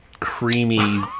creamy